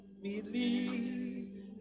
Believe